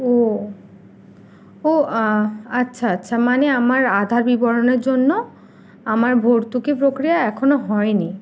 ও ও আচ্ছা আচ্ছা মানে আমার আধাবিবরণের জন্য আমার ভর্তুকি প্রক্রিয়া এখনও হয়নি